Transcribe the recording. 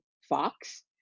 Fox